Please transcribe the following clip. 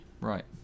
Right